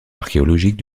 archéologiques